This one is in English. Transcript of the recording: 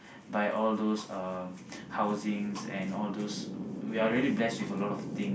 by all those um housings and all those we are really blessed with a lot of things